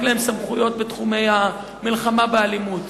להם סמכויות בתחומי המלחמה באלימות,